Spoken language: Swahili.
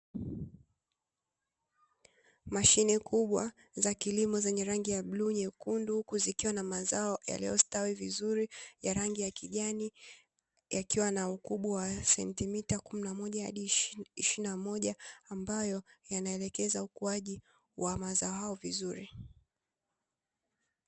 Mashine kubwa za kilimo zenye rangi ya buluu, nyekundu, huku zikiwa na mazao yaliyostawi vizuri ya rangi ya kijani yakiwa na ukubwa wa sentimita kumi na moja hadi ishirini na moja, ambayo yanaelekeza ukuaji wa mazao hayo vizuri.